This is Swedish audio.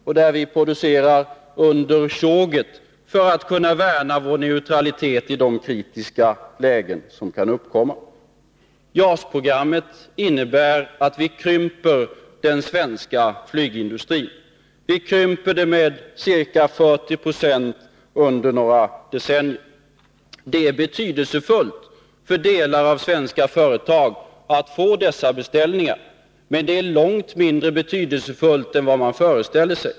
Och där vi producerar under tjoget för att kunna värna vår neutralitet i de kritiska lägen som kan uppkomma. JAS-programmet innebär att vi krymper den svenska flygindustrin med ca 40 20 under några decennier. Det är betydelsefullt för delar av svenska företag att få dessa beställningar, men det är långt mindre betydelsefullt än vad man föreställer sig.